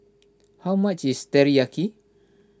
how much is Teriyaki